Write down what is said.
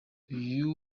uyu